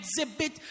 exhibit